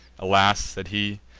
alas! said he,